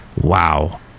Wow